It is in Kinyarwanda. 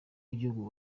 w’igihugu